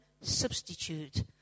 substitute